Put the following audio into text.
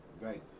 right